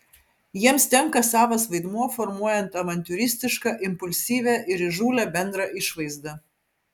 jiems tenka savas vaidmuo formuojant avantiūristišką impulsyvią ir įžūlią bendrą išvaizdą